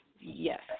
Yes